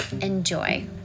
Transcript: enjoy